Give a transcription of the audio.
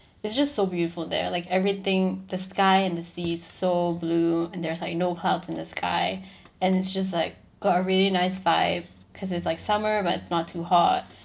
it's just so beautiful there like everything the sky and the sea is so blue and there's like no clouds in the sky and it's just like got a really nice vibe cause it's like summer but not too hot